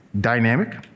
dynamic